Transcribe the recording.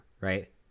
right